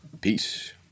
Peace